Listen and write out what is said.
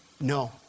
No